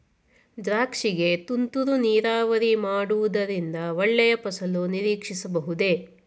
ದ್ರಾಕ್ಷಿ ಗೆ ತುಂತುರು ನೀರಾವರಿ ಮಾಡುವುದರಿಂದ ಒಳ್ಳೆಯ ಫಸಲು ನಿರೀಕ್ಷಿಸಬಹುದೇ?